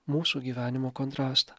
mūsų gyvenimo kontrastą